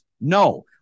no